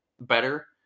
better